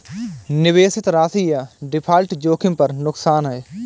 निवेशित राशि या डिफ़ॉल्ट जोखिम पर नुकसान है